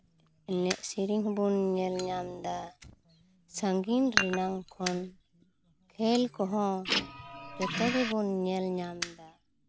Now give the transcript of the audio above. ᱮᱱᱮᱡ ᱥᱮᱨᱮᱧ ᱦᱚᱸᱵᱚᱱ ᱧᱮᱞ ᱧᱟᱢᱫᱟ ᱥᱟᱺᱜᱤᱧ ᱨᱮᱱᱟᱝ ᱠᱷᱚᱱ ᱠᱷᱮᱞ ᱠᱚᱦᱚᱸ ᱡᱚᱛᱚ ᱜᱮᱵᱚᱱ ᱧᱮᱞ ᱧᱟᱢᱫᱟ